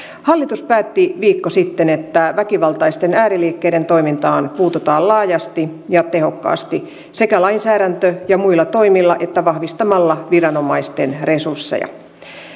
hallitus päätti viikko sitten että väkivaltaisten ääriliikkeiden toimintaan puututaan laajasti ja tehokkaasti sekä lainsäädäntö ja muilla toimilla että vahvistamalla viranomaisten resursseja